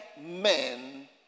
men